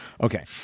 Okay